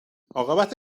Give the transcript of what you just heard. عاقبت